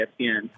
ESPN